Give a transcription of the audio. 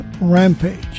Rampage